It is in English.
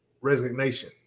resignation